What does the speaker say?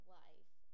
life